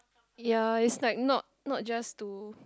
ya it's like not not just to